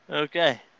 Okay